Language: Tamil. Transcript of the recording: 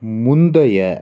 முந்தைய